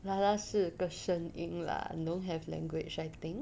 啦是个声音 lah don't have language I think